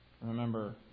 Remember